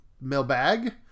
mailbag